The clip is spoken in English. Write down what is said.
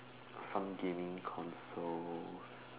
some gaming consoles